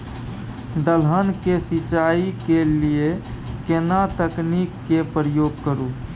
दलहन के सिंचाई के लिए केना तकनीक के प्रयोग करू?